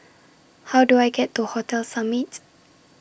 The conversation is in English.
How Do I get to Hotel Summits